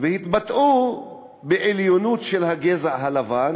והתבטאו בעליונות של הגזע הלבן